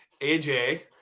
AJ